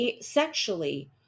sexually